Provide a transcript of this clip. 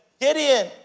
Gideon